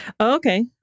Okay